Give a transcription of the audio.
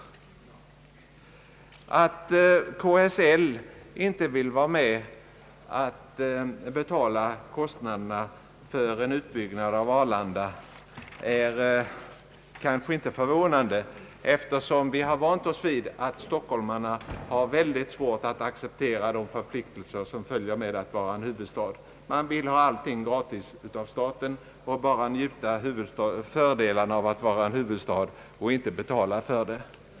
Det är kanske inte förvånande att KSL inte vill betala kostnaderna för en utbyggnad av Arlanda, eftersom vi har vant oss vid att stockholmarna har väldigt svårt att acceptera de förpliktelser som följer med att vara invånare i en huvudstad; man vill ha allting gratis av staten och bara njuta fördelarna av att bo i en huvudstad och inte betala för det.